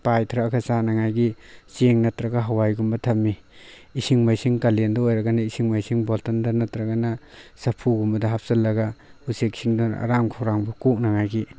ꯄꯥꯏꯊꯔꯛꯑꯒ ꯆꯥꯅꯤꯡꯉꯥꯏꯒꯤ ꯆꯦꯡ ꯅꯠꯇ꯭ꯔꯒ ꯍꯋꯥꯏꯒꯨꯝꯕ ꯊꯝꯃꯤ ꯏꯁꯤꯡ ꯃꯥꯏꯁꯤꯡ ꯀꯥꯂꯦꯟꯗ ꯑꯣꯏꯔꯒꯅ ꯏꯁꯤꯡ ꯃꯥꯏꯁꯤꯡ ꯕꯣꯇꯜꯗ ꯅꯠꯇ꯭ꯔꯒꯅ ꯆꯐꯨꯒꯨꯝꯕꯗ ꯍꯥꯞꯆꯤꯜꯂꯒ ꯎꯆꯦꯛꯁꯤꯡꯗꯨꯅ ꯑꯔꯥꯝ ꯈꯧꯔꯥꯡꯕ ꯀꯣꯛꯅꯉꯥꯏꯒꯤ